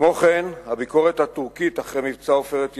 כמו כן, הביקורת הטורקית אחרי מבצע "עופרת יצוקה"